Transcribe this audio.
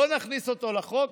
לא נכניס אותו לחוק,